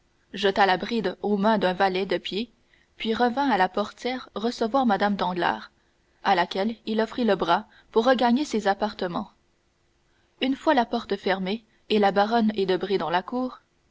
jeta la bride aux mains d'un valet de pied puis revint à la portière recevoir mme danglars à laquelle il offrit le bras pour regagner ses appartements une fois la porte fermée et la baronne et debray dans la cour